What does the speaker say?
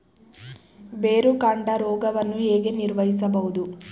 ಬೇರುಕಾಂಡ ರೋಗವನ್ನು ಹೇಗೆ ನಿರ್ವಹಿಸಬಹುದು?